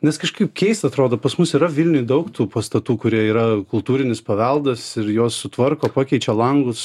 nes kažkaip keista atrodo pas mus yra vilniuj daug tų pastatų kurie yra kultūrinis paveldas ir juos sutvarko pakeičia langus